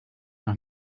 noch